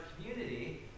community